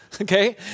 okay